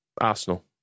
Arsenal